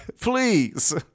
please